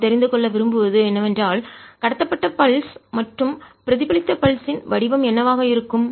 நாம் தெரிந்து கொள்ள விரும்புவது என்னவென்றால் கடத்தப்பட்ட பல்ஸ் துடிப்பு மற்றும் பிரதிபலித்த பல்ஸ் ன் துடிப்பின் வடிவம் என்னவாக இருக்கும்